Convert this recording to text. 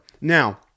Now